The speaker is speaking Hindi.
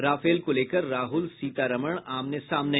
राफेल को लेकर राहुल सीतारमण आमने सामने